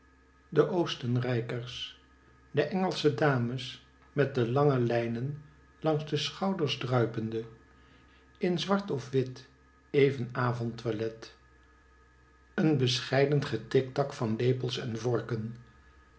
de oostenrijkers de engelsche dames met de lange lijnen langs de schouders druipende in zwart of wit even avond toilet een bescheiden getictac van lepels en vorken